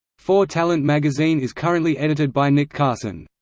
four talent magazine is currently edited by nick carson.